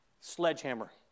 Sledgehammer